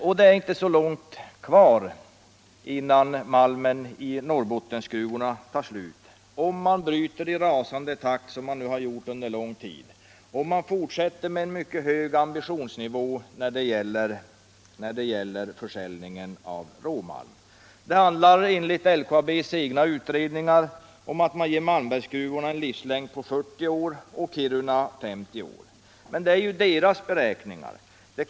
Och det är inte så långt kvar innan malmen i Norrbottens gruvor tar slut, om man bryter i samma rasande takt som man nu gjort under lång tid och om man fortsätter med en mycket hög ambitionsnivå när det gäller försäljningen av råmalm. LKAB:s egna utredningar ger Malmbergsgruvorna en livslängd på 40 år och Kirunagruvorna 50 år. Men det är LKAB:s beräkningar.